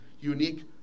unique